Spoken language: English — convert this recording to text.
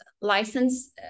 license